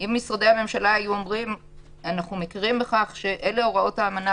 אם משרדי הממשלה היו אומרים: אנחנו מכירים בכך שאלה הוראות האמנה,